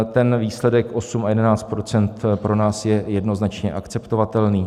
Ten výsledek 8 a 11 % pro nás je jednoznačně akceptovatelný.